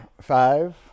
Five